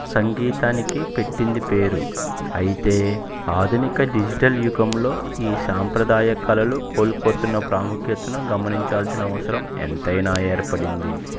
సంగీతానికి పెట్టింది పేరు అయితే ఆధునిక డిజిటల్ యుగంలో ఈ సాంప్రదాయ కళలు కోల్పోతున్న ప్రాముఖ్యతను గమనించాల్సిన అవసరం ఎంతైనా ఏర్పడింది